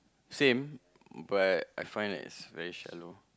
same but I find that is very shallow